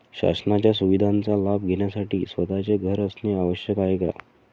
शासनाच्या सुविधांचा लाभ घेण्यासाठी स्वतःचे घर असणे आवश्यक आहे का?